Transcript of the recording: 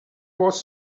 was